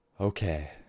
Okay